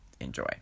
enjoy